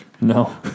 No